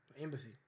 Embassy